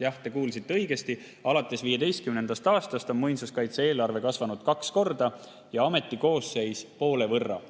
Jah, te kuulsite õigesti: alates 2015. aastast on Muinsuskaitse[ameti] eelarve kasvanud kaks korda ja ameti koosseis poole võrra.